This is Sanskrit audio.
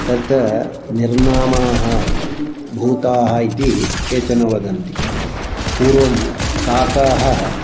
तत्र निर्नामाः भूताः इति केचन वदन्ति पूर्वं काकाः